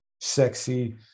sexy